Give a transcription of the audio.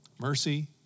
Mercy